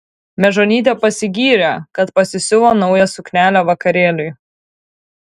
mežonytė pasigyrė kad pasisiuvo naują suknelę vakarėliui